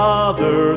Father